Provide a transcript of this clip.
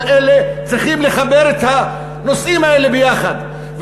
כל אלה צריכים לחבר את הנושאים האלה יחד,